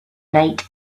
night